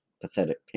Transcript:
pathetic